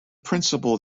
principle